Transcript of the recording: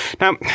Now